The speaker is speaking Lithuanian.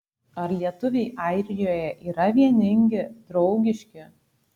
ar lietuviai airijoje yra vieningi draugiški